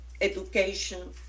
education